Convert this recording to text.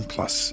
Plus